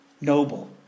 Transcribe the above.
noble